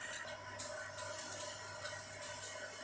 హమ్మయ్య, ఈ బిందు సేద్యంతో మా నారుమడి బతికి బట్టకట్టినట్టే